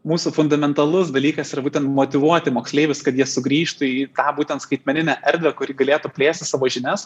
mūsų fundamentalus dalykas yra būtent motyvuoti moksleivius kad jie sugrįžtų į tą būtent skaitmeninę erdvę kuri galėtų plėsti savo žinias